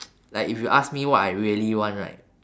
like if you ask me what I really want right